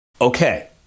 Okay